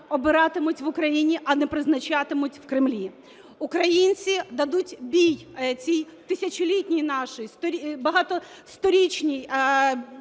обиратимуть в Україні, а не призначатимуть в Кремлі. Українці дадуть бій цій тисячолітній нашій… багатосторічній